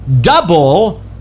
double